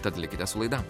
tad likite su laida